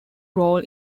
role